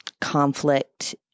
conflict